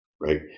right